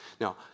Now